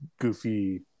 goofy